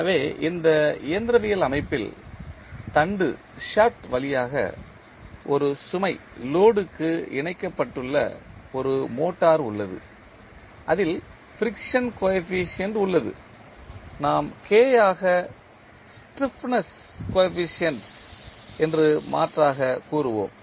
எனவே இந்த இயந்திரவியல் அமைப்பில் தண்டு வழியாக ஒரு சுமைக்கு இணைக்கப்பட்ட ஒரு மோட்டார் உள்ளது அதில் ஃபிரிக்சன் கோஎபிசியன்ட் உள்ளது நாம் K ஆக ஸ்டிப்னஸ் கோஎபிசியன்ட் என்று மாற்றாக கூறுவோம்